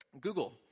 google